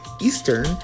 Eastern